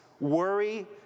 worry